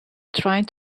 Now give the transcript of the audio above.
trying